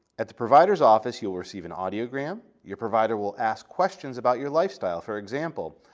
at the provider's office you'll receive an audiogram. your provider will ask questions about your lifestyle, for example,